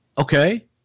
okay